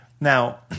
Now